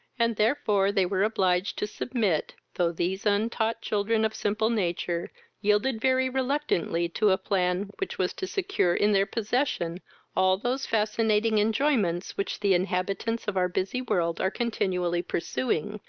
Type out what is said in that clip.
and therefore they were obliged to submit, though these untaught children of simple nature yielded very reluctantly to a plan which was to secure in their possession all those fascinating enjoyments which the inhabitants of our busy world are continually pursuing,